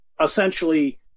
essentially